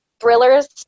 thrillers